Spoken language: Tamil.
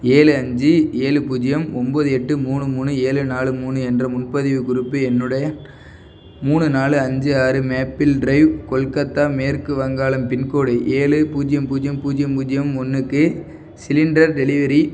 ஏழு அஞ்சு ஏழு பூஜ்ஜியம் ஒம்பது எட்டு மூணு மூணு ஏழு நாலு மூணு என்ற முன்பதிவு குறிப்பு என்னுடைய மூணு நாலு அஞ்சு ஆறு மேப்பிள் ட்ரைவ் கொல்கத்தா மேற்கு வங்காளம் பின்கோடு ஏழு பூஜ்ஜியம் பூஜ்ஜியம் பூஜ்ஜியம் பூஜ்ஜியம் ஒன்றுக்கு சிலிண்டர் டெலிவரி